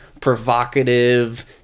provocative